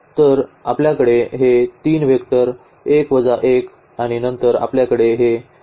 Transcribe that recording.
तर आपल्याकडे हे 3 वेक्टर 1 वजा 1 आणि नंतर आपल्याकडे हे 1 वजा 1 आहे